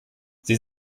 sie